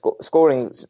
scoring